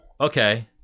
okay